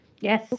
yes